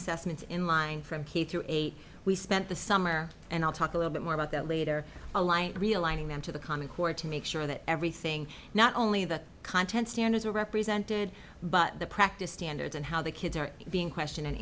assessment in line from k through eight we spent the summer and i'll talk a little bit more about that later a light realigning them to the common core to make sure that everything not only the content standards are represented but the practice standards and how the kids are being questioned and